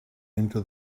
into